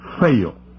fail